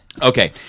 Okay